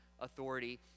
authority